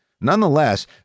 Nonetheless